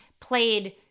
played